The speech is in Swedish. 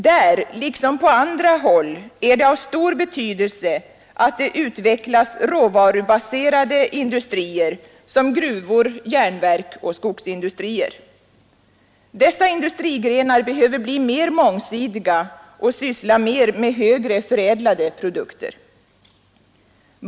Där, liksom på andra håll, är det av stor betydelse att det utvecklas lerande åtgärder råvarubaserade industrier såsom gruvor, järnverk och skogsindustrier. Dessa industrigrenar behöver bli mer mångsidiga och syssla mera med högre förädlade produkter.